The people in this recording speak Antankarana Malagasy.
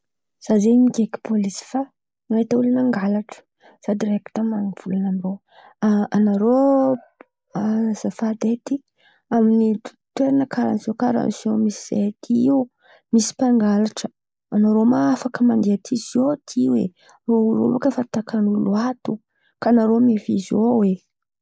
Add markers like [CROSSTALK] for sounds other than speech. Zah zen̈y nikaiky pôlisy fa nahita olo nangalatra. Zah direkta mivolan̈a aindrô: anarô [HESITATION] azafady edy, amin̈'ny toerana karà ziô karà ziô misy zahay aty io misy mpangalatra. Anarô ma afaka mandeha aty ziô ty oe? Rô olo io bakà efa takan'olo ato kà anarô mevia zô oe.